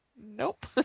Nope